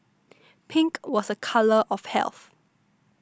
pink was a colour of health